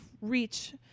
reach